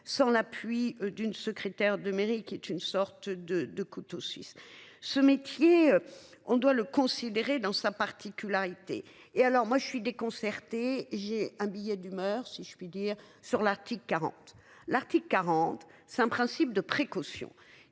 sans l'appui d'une secrétaire de mairie qui est une sorte de de couteau suisse ce métier, on doit le considérer dans sa particularité et alors moi je suis déconcerté. J'ai un billet d'humeur si je puis dire sur l'Arctique 40. L'article 40, c'est un principe de précaution